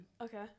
okay